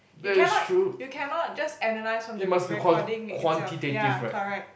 you cannot you cannot just analyse from the recording itself ya correct